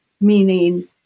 meaning